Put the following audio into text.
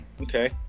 Okay